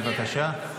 בבקשה.